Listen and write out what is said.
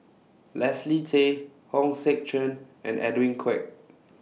Leslie Tay Hong Sek Chern and Edwin Koek